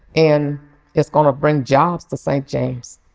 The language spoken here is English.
and it's gonna bring jobs to st. james.